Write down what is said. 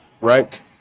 right